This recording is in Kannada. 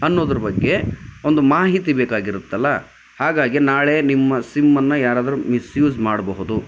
ಅನ್ನೋದ್ರ ಬಗ್ಗೆ ಒಂದು ಮಾಹಿತಿ ಬೇಕಾಗಿರುತ್ತಲ್ಲ ಹಾಗಾಗಿ ನಾಳೆ ನಿಮ್ಮ ಸಿಮ್ಮನ್ನು ಯಾರಾದ್ರೂ ಮಿಸ್ಯೂಸ್ ಮಾಡಬಹುದು